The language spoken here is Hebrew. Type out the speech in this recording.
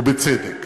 ובצדק.